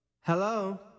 Hello